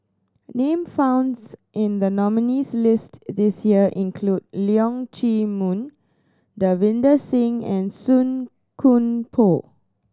name founds in the nominees' list this year include Leong Chee Mun Davinder Singh and Song Koon Poh